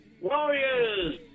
Warriors